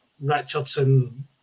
Richardson